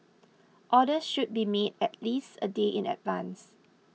orders should be made at least a day in advance